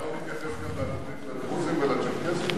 ואתה לא מתייחס גם לתוכנית של הדרוזים והצ'רקסים?